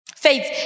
Faith